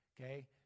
Okay